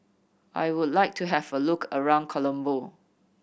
I would like to have a look around Colombo